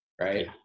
right